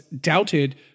doubted